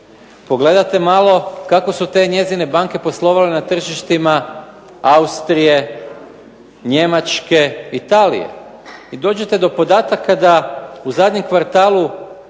pogledate malo kako su te njezine banke poslovale na tržištima Austrije, Njemačke, Italije, i dođete do podataka da u zadnjem kvartalu